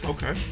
Okay